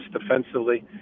defensively